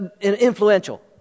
influential